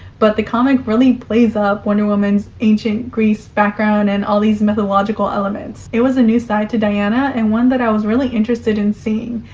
but the comic really plays up wonder woman's ancient greece background and all these mythological elements. it was a new side to diana and one that i was really interested in seeing.